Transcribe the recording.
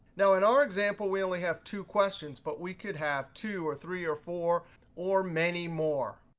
now, in our example, we only have two questions, but we could have two or three or four or many more.